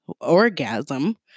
orgasm